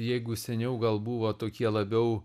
jeigu seniau gal buvo tokie labiau